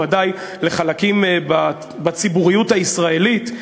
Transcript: וודאי לחלקים בציבוריות הישראלית,